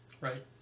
Right